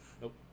Nope